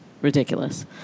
ridiculous